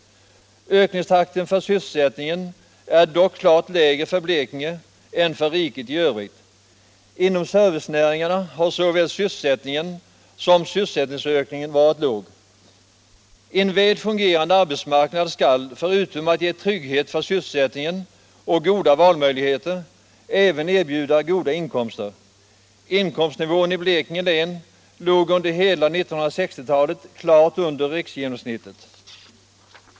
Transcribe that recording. Ökningstakten för sysselsättningen är dock klart lägre för Blekinge än för riket i övrigt. Inom servicenäringarna har såväl sysselsättningen som sysselsättningsökningen varit låg. En väl fungerande arbetsmarknad skall, förutom att ge trygghet för sysselsättningen och goda valmöjligheter, erbjuda goda inkomster. Inkomstnivån i Blekinge län låg under hela 1960-talet klart under riksgenomsnittet.